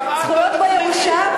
גם את לא תצליחי, זאת הבעיה.